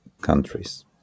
countries